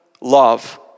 love